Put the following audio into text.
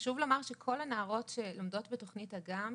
חשוב לומר שכל הנערות שלומדות ומשתתפות בתוכנית "אגם",